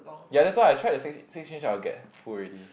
ya that's why I try the six six inches I will get full already